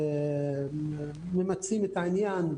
הם ממצים את העניין.